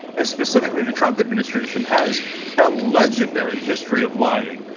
and specifically the trump administration has a legendary history of lying.